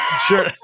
sure